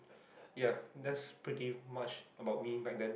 ya that's pretty much about me pardon